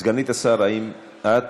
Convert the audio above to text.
סגנית השר, האם את,